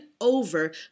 over